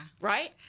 Right